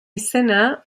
izena